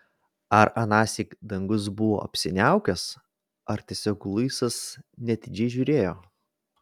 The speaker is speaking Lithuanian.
ar anąsyk dangus buvo apsiniaukęs ar tiesiog luisas neatidžiai žiūrėjo